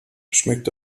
schmeckt